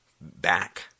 back